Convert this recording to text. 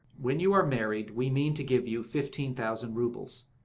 when you are married we mean to give you fifteen thousand roubles.